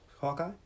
Hawkeye